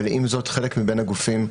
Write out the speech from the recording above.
אבל עם זאת לחלק מבין הגופים,